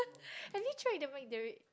have you try the Mc~